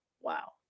Wow